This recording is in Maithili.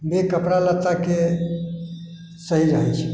बेकपड़ा लत्ताके सही रहै छै